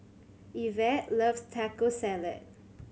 Ivette loves Taco Salad